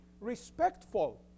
respectful